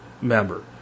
member